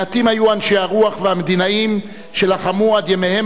מעטים היו אנשי הרוח והמדינאים שלחמו עד ימיהם